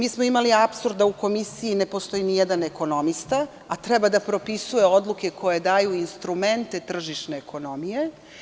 Imali smo apsurd da u komisiji ne postoji nijedan ekonomista, a treba da propisuje odluke koje daju instrumente tržišne ekonomije.